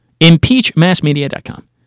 impeachmassmedia.com